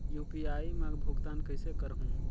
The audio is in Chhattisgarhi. यू.पी.आई मा भुगतान कइसे करहूं?